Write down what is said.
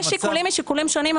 יש שיקולים משיקולים שונים,